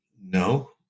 No